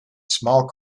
small